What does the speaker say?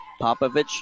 Popovich